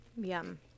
Yum